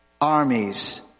armies